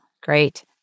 Great